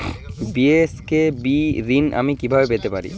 BSKB ঋণ আমি কিভাবে পেতে পারি?